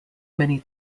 many